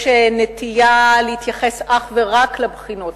יש נטייה להתייחס אך ורק לבחינות,